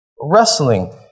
Wrestling